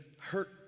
hurt